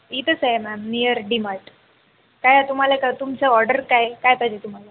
इथंच आहे ma'am near DMart काय आहे तुम्हाला का तुमचं ऑर्डर काय काय पाहिजे तुम्हाला